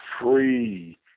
free